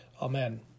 Amen